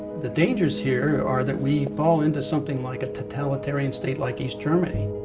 the dangers here are that we fall into something like a totalitarian state like east germany.